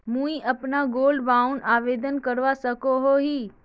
मुई अपना gold bond आवेदन करवा सकोहो ही?